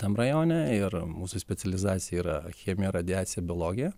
tam rajone ir mūsų specializacija yra chemija radiacija biologija